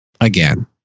again